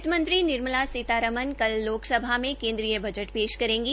वित्तमंत्री निर्मला सीमारमण कल लोकसभा में केन्द्रीय बजट पेश करेगी